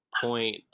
point